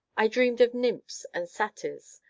i dreamed of nymphs and satyrs,